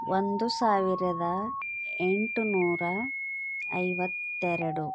ಒಂದು ಸಾವಿರದ ಎಂಟು ನೂರ ಐವತ್ತೆರಡು